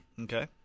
Okay